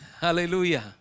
Hallelujah